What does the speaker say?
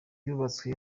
yubatswe